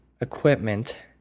equipment